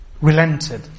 relented